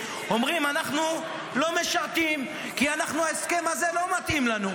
אומרים: אנחנו לא משרתים כי ההסכם הזה לא מתאים לנו.